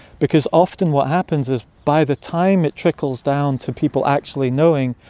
because often what happens is, by the time it trickles down to people actually knowing,